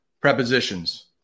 prepositions